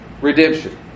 Redemption